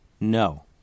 No